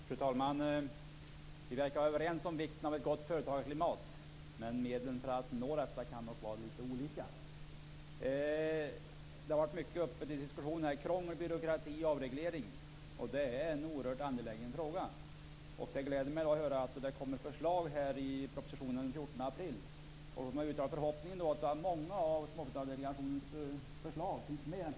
Fru talman! Vi verkar vara överens om vikten av ett gott företagarklimat, men medlen för att nå detta kan nog vara litet olika. Krångel, byråkrati och avreglering har diskuterats mycket. Och det är en oerhört angelägen fråga. Det gläder mig att höra att det kommer förslag i propositionen den 14 april. Förhoppningen är då att många av småföretagsdelegationens förslag finns med i denna proposition.